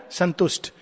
Santust